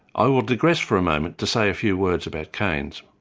i will digress for a moment to say a few words about keynes.